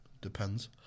depends